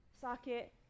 socket